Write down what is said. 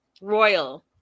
Royal